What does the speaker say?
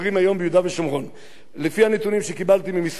לפי הנתונים שקיבלתי ממשרד הפנים בהודעה הבאה,